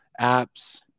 apps